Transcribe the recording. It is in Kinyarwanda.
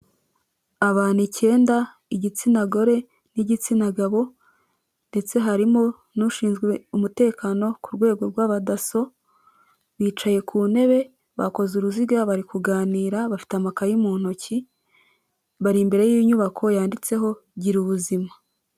Abantu icyenda igitsina gore n'igitsina gabo, ndetse harimo n'ushinzwe umutekano ku rwego rw'abadaso, bicaye ku ntebe bakoze uruziga bari kuganira bafite amakaye mu ntoki, bari imbere y'inyubako yanditseho gira ubuzima.